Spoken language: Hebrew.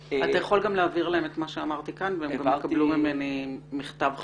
יכול גם להעביר להם את מה שאמרתי כאן והם גם יקבלו ממני מכתב חריף.